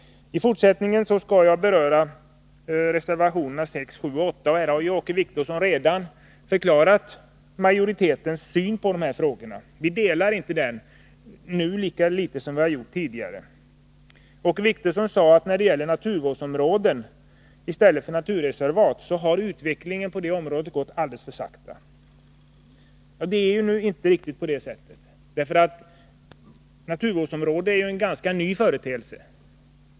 I fortsättningen skall jag beröra reservationerna 6, 7 och 8. Åke Wictorsson har redan förklarat majoritetens syn på dessa frågor. Vi delar inte den synen nu, lika litet som vi gjort det tidigare. Åke Wictorsson sade att när det gäller naturvårdsområden i stället för naturreservat har utvecklingen gått alldeles för sakta. Det är ju inte riktigt på det sättet, därför att naturvårdsområde är en ganska ny företeelse.